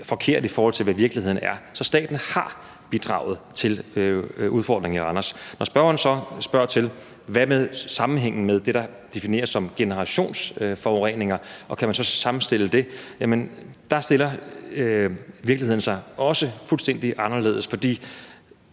forkert, i forhold til hvad virkeligheden er. Så staten har bidraget til udfordringerne i Randers. Når spørgeren spørger til, hvad sammenhængen er med det, der defineres som generationsforureninger, og om man så kan sammenstille det, så stiller virkeligheden sig også fuldstændig anderledes, fordi